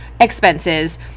expenses